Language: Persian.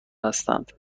هستند